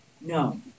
No